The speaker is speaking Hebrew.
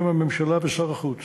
בשם הממשלה ושר החוץ,